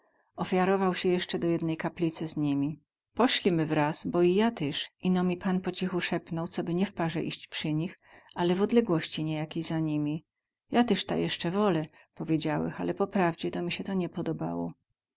ofiarował sie jesce do jedne kaplice z niemi poślimy wraz bo i ja tyz ino mi pan po cichu sepnął coby nie w parze iść przy nich ale w odległości niejakiej za nimi ja tyz ta jesce wolę powiedziałech ale po prawdzie to mi sie to nie podobało